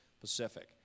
Pacific